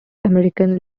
american